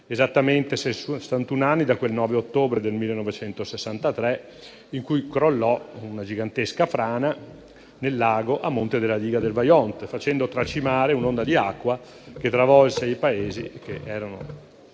esattamente sessantun'anni da quel 9 ottobre 1963 in cui crollò una gigantesca frana nel lago a monte della diga del Vajont, facendo tracimare un'onda di acqua che travolse i paesi che erano